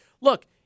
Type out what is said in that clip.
Look